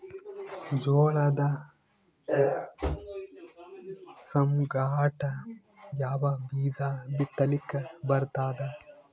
ಜೋಳದ ಸಂಗಾಟ ಯಾವ ಬೀಜಾ ಬಿತಲಿಕ್ಕ ಬರ್ತಾದ?